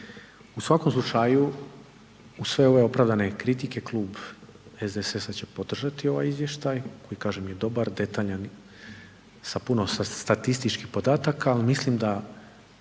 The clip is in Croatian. U svakom slučaju uz sve ove opravdane kritike, klub SDSS-a će podržati ovaj izvještaj i kažem je dobar, detaljan sa puno statističkih podataka, ali mislim da